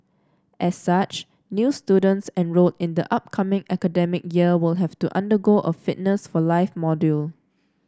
as such new students enrolled in the upcoming academic year will have to undergo a Fitness for life module